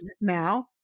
now